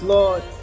Lord